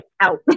out